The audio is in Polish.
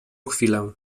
chwilę